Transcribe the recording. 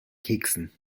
keksen